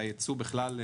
והיצוא בכלל,